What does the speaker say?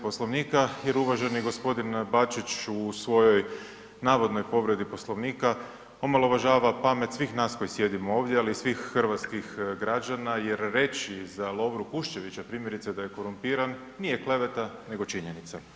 Poslovnika jer uvaženi gospodin Bačić u svojoj navodnoj povredi Poslovnika omalovažava pamet svih nas koji sjedimo ovdje, ali i svih hrvatskih građana jer reći za Lovru Kuščevića primjerice da je korumpiran nije kleveta nego činjenica.